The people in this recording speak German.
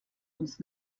uns